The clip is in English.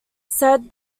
said